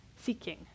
seeking